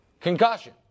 concussion